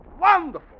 wonderful